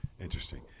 interesting